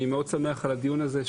אני שמח מאוד על הדיון הזה,